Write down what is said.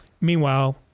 Meanwhile